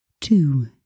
Two